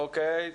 אוקיי,